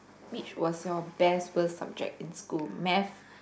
which was your best first subject in school math